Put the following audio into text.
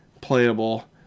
playable